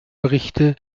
berichte